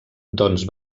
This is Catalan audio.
doncs